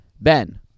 Ben